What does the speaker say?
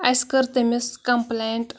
اَسہِ کٔر تٔمِس کمپٕلینٹ